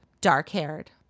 dark-haired